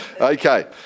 Okay